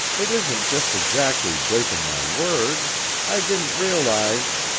it isn't just exactly breakin' my word i didn't realize